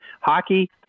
Hockey